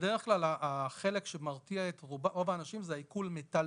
בדרך כלל החלק שמרתיע את רוב האנשים זה עיקול המיטלטלין,